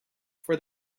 for